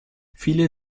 viele